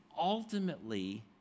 ultimately